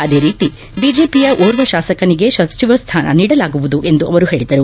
ಅದೇ ರೀತಿ ಬಿಜೆಪಿಯ ಓರ್ವ ಶಾಸಕನಿಗೆ ಸಚಿವ ಸ್ಥಾನ ನೀಡಲಾಗುವುದು ಎಂದು ಅವರು ಹೇಳಿದರು